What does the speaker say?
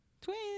Twins